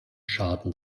schaden